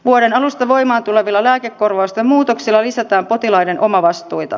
vuoden alusta voimaan tulevilla lääkekorvausten muutoksilla lisätään potilaiden omavastuita